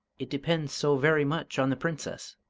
it depends so very much on the princess,